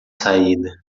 saída